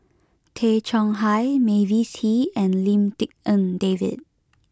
Tay Chong Hai Mavis Hee and Lim Tik En David